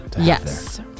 yes